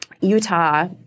Utah